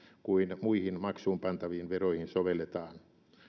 kuin muihin maksuunpantaviin veroihin sovelletaan